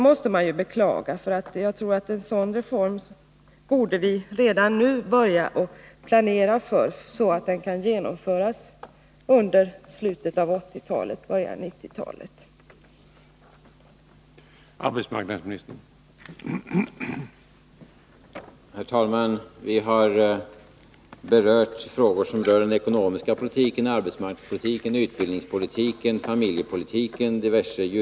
Jag beklagar detta, ty jag tror att en sådan reform redan nu bör planeras, så att den kan genomföras under slutet av 1980-talet och början av 1990-talet.